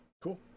Cool